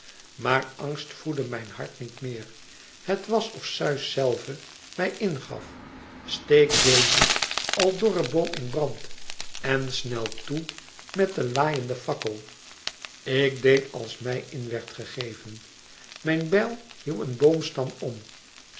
maar angst voedde mijn hart niet meer het was of zeus zelve mij in gaf steek dezen al dorren boom in brand en snel toe met den laaienden fakkel ik deed als mij in werd gegeven mijn bijl hieuw een boomstam om